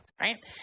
right